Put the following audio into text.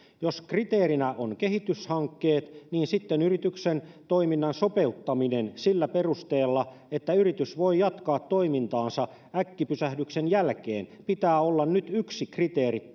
jos kriteerinä on kehityshankkeet niin sitten yrityksen toiminnan sopeuttamisen sillä perusteella että yritys voi jatkaa toimintaansa äkkipysähdyksen jälkeen pitää olla nyt yksi kriteerit